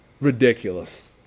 Ridiculous